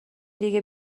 دیگه